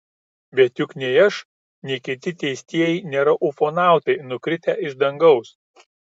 bet juk nei aš nei kiti teistieji nėra ufonautai nukritę iš dangaus